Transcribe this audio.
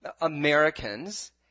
Americans